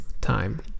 time